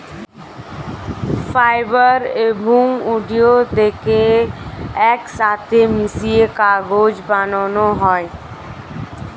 fibre এবং উদ্ভিদকে একসাথে মিশিয়ে কাগজ বানানো হয়